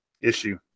issue